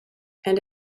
and